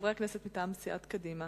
חברי הכנסת מטעם סיעת קדימה,